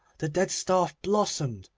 the dead staff blossomed,